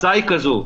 ההצעה היא כזו,